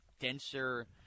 denser